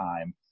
time